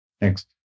Next